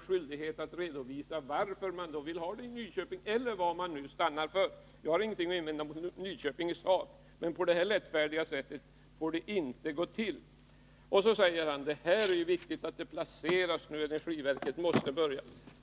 skyldighet för regeringen att redovisa vaför man vill lokalisera myndigheterna till Nyköping, eller vilken ort man nu stannar för. Jag har i sak ingenting att invända mot Nyköping, men beslut får inte fattas på detta lättfärdiga sätt. Ivar Franzén säger att det är viktigt att det nu fattas beslut om placeringen, så att energiverket kan börja arbeta.